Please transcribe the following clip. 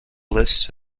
lists